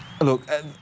Look